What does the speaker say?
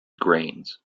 grains